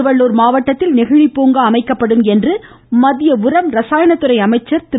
திருவள்ளுர் மாவட்டத்தில் நெகிழி பூங்கா அமைக்கப்படும் என்று மத்திய உரம் ரசாயனத்துறை அமைச்சர் திரு